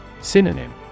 Synonym